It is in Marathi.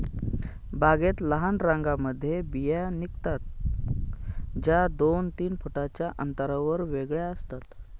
बागेत लहान रांगांमध्ये बिया निघतात, ज्या दोन तीन फुटांच्या अंतरावर वेगळ्या असतात